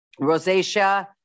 rosacea